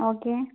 okay